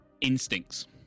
instincts